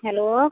hello